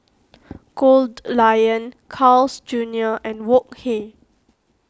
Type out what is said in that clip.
Goldlion Carl's Junior and Wok Hey